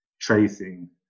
tracing